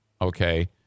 Okay